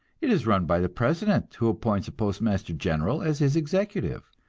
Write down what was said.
it is run by the president, who appoints a postmaster-general as his executive.